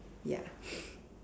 ya